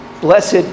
Blessed